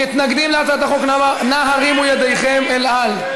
מתנגדים להצעת החוק, נא הרימו ידיכם אל על.